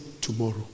tomorrow